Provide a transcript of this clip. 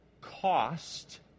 cost